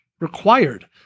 required